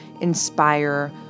inspire